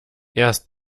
erst